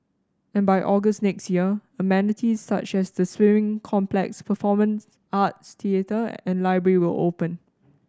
and by August next year amenities such as the swimming complex performance arts theatre and library will open